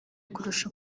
kurusha